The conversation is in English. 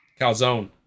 calzone